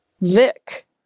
Vic